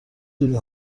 دونی